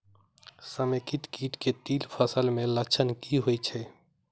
समेकित कीट केँ तिल फसल मे लक्षण की होइ छै?